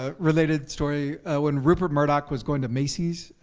ah related story, when rupert murdoch was going to macy's,